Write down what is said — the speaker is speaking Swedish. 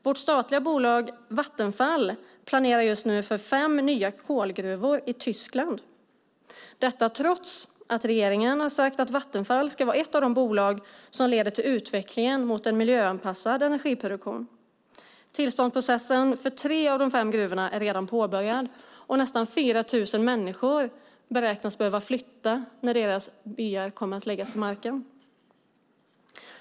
Vårt statliga bolag Vattenfall planerar just nu för fem nya kolgruvor i Tyskland, detta trots att regeringen har sagt att Vattenfall ska vara ett av de bolag som leder utvecklingen mot en miljöanpassad energiproduktion. Tillståndsprocessen för tre av de fem gruvorna är redan påbörjad. Nästan 4 000 människor beräknas behöva flytta när deras byar kommer att jämnas med marken.